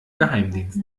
geheimdienst